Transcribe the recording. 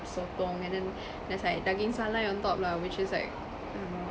sotong and then there's like daging salai on top lah which is like I don't know